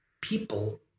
people